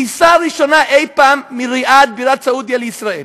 טיסה ראשונה אי-פעם מריאד בירת סעודיה לישראל.